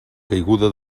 caiguda